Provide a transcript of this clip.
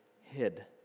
hid